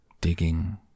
digging